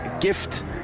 gift